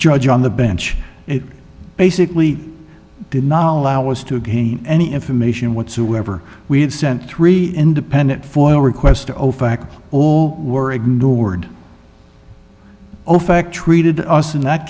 judge on the bench it basically did not allow us to gain any information whatsoever we had sent three independent foil requests to ofac all were ignored ofac treated us in that